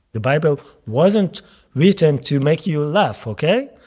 the bible wasn't written to make you laugh, ok?